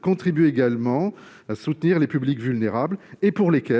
contribue également à soutenir les publics vulnérables, pour qui